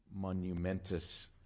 monumentous